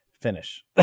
finish